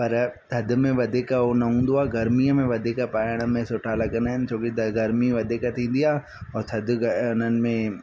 पर थधि में वधीक उहो न हूंदो आहे गर्मीअ में वधीक पाइण में सुठा लॻंदा आहिनि छो की गर्मी वधीक थींदी आहे ऐं थधि उन्हनि में